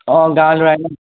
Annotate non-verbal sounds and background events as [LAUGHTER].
অঁ গাঁৱৰ ল'ৰা [UNINTELLIGIBLE]